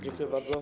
Dziękuję bardzo.